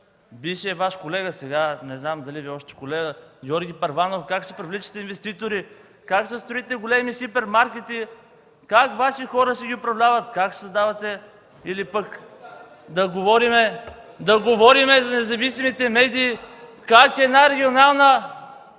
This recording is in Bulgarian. бившия Ваш колега, сега не знам дали Ви е още колега, Георги Първанов, как ще привличате инвеститори, как ще строите големи хипермаркети, как Ваши хора ще ги управляват? Или пък да говорим за независимите медии – как една регионална...